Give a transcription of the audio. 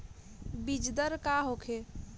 बीजदर का होखे?